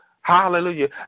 Hallelujah